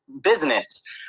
business